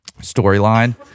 storyline